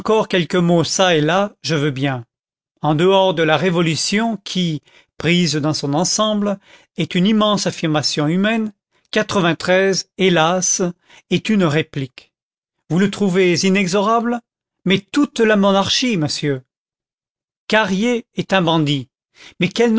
quelques mots çà et là je veux bien en dehors de la révolution qui prise dans son ensemble est une immense affirmation humaine hélas est une réplique vous le trouvez inexorable mais toute la monarchie monsieur carrier est un bandit mais quel